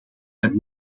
dat